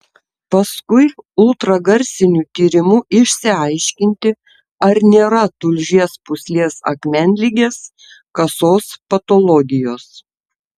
paskui ultragarsiniu tyrimu išsiaiškinti ar nėra tulžies pūslės akmenligės kasos patologijos